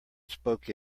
spoke